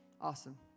Awesome